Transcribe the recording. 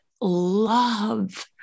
love